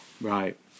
Right